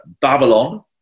Babylon